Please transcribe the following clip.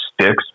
sticks